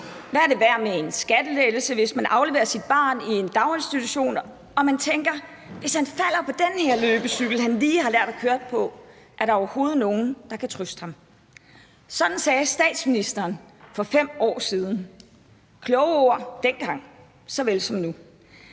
Hvad er det værd med en skattelettelse, hvis man afleverer sit barn i en daginstitution og man tænker: Hvis han falder på den her løbecykel, han lige har lært at køre på, er der så overhovedet nogen, der kan trøste ham? Sådan sagde statsministeren for 5 år siden – kloge ord dengang såvel som nu.